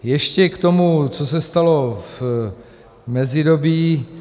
Ještě k tomu, co se stalo v mezidobí.